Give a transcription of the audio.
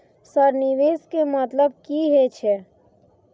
Sir निवेश के मतलब की हे छे?